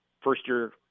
first-year